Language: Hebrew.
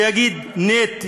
שיגיד: "נייט",